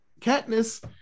katniss